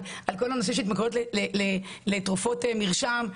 תחלואה נלווית,